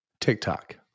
TikTok